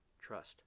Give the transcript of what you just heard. trust